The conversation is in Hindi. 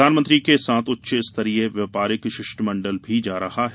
प्रधानमंत्री के साथ उच्च स्तरीय व्यापारिक शिष्टमंडल भी जा रहा है